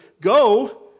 go